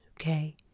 Okay